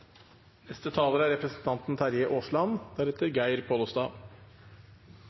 Neste taler er Geir Pollestad,